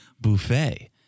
buffet